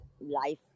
life